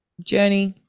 journey